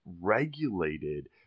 regulated